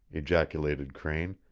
ejaculated crane,